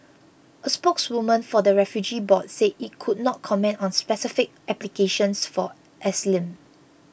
a spokeswoman for the refugee board said it could not comment on specific applications for asylum